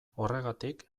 horregatik